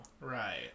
right